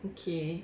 okay